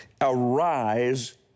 arise